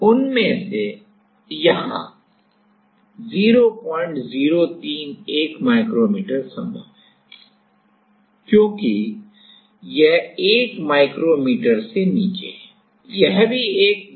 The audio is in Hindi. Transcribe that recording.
अब यहां 0031 माइक्रोमीटर संभव है क्योंकि यह 1 माइक्रोमीटर से नीचे है